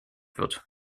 wird